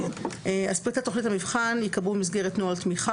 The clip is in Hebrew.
פרטי תכנית המבחן ייקבעו במסגרת נוהל תמיכה